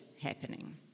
happening